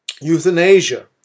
Euthanasia